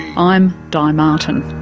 i'm di martin